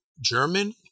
german